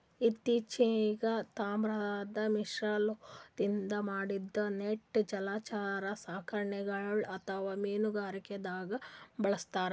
ಇತ್ತಿಚೀಗ್ ತಾಮ್ರದ್ ಮಿಶ್ರಲೋಹದಿಂದ್ ಮಾಡಿದ್ದ್ ನೆಟ್ ಜಲಚರ ಸಾಕಣೆಗ್ ಅಥವಾ ಮೀನುಗಾರಿಕೆದಾಗ್ ಬಳಸ್ತಾರ್